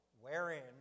wherein